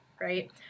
right